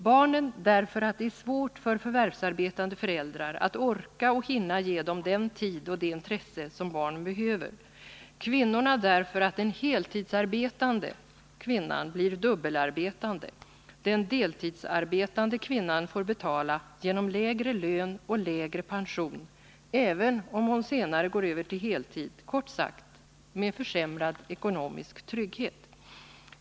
Barnen får göra det därför att det är svårt för förvärvsarbetande föräldrar att orka och hinna ge dem den tid och det intresse som barn behöver, kvinnorna får göra det därför att den heltidsarbetande kvinnan blir dubbelarbetande. Den deltidsarbetande kvinnan får betala genom lägre lön och lägre pension — även om hon senare övergår till heltid — kort sagt, med försämrad ekonomisk trygghet.